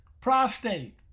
prostate